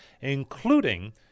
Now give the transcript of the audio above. including